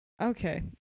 okay